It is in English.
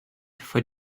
for